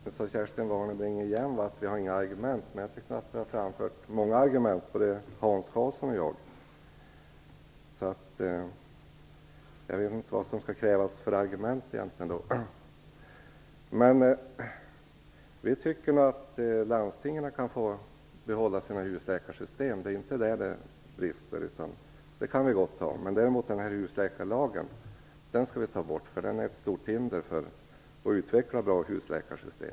Herr talman! Kerstin Warnerbring sade återigen att vi inte har några argument. Men jag tycker att både Hans Karlsson och jag har framfört många argument. Jag vet inte vilka argument som krävs egentligen. Vi tycker att landstingen kan få behålla husläkarsystemet, för det är inte där det brister. Men däremot tycker vi att husläkarlagen skall bort, för den är ett stort hinder för att utveckla bra husläkarsystem.